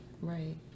Right